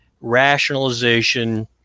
rationalization